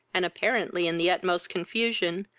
and apparently in the utmost confusion,